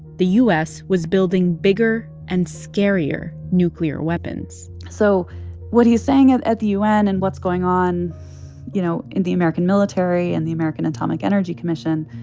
the u s. was building bigger and scarier nuclear weapons so what he's saying at at the u n. and what's going on you know in the american military and the american atomic energy commission